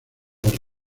los